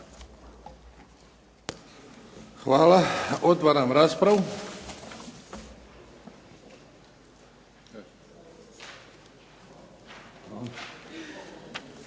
Hvala. Otvaram raspravu.